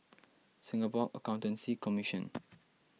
Singapore Accountancy Commission